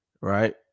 right